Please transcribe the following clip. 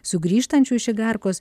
sugrįžtančių iš igarkos